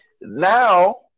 Now